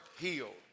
healed